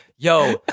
Yo